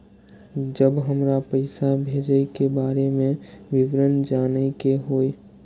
जब हमरा पैसा भेजय के बारे में विवरण जानय के होय?